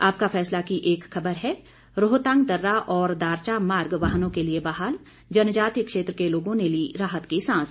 आपका फैसला की एक खबर है रोहतांग दर्रा और दारचा मार्ग वाहनों के लिए बहाल जनजातीय क्षेत्र के लोगों ने ली राहत की सांस